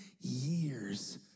years